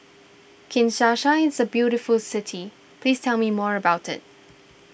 Kinshasa is a very beautiful city please tell me more about it